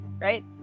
Right